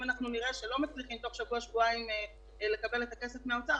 אם נראה שלא מצליחים בתוך שבוע-שבועיים לקבל את הכסף מהאוצר,